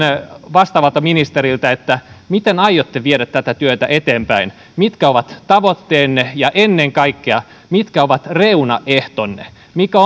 vastaavalta ministeriltä miten aiotte viedä tätä työtä eteenpäin mitkä ovat tavoitteenne ja ennen kaikkea mitkä ovat reunaehtonne mikä